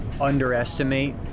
underestimate